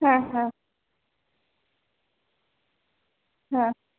হ্যাঁ হ্যাঁ হ্যাঁ